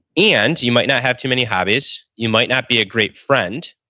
and you might not have too many hobbies. you might not be a great friend.